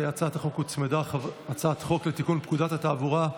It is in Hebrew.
להצעת החוק הוצמדה הצעת חוק לתיקון פקודת התעבורה,